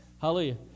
Hallelujah